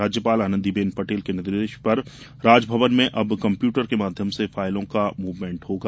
राज्यपाल आनंदीबेन पटेल के निर्देश पर राजभवन में अब कम्प्यूटर के माध्यम से फाईलों का मूवमेंट होगा